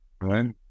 right